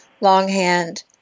longhand